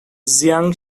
jiang